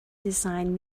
designed